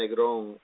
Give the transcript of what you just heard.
Negron